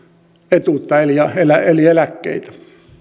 etuutta eli eläkkeitä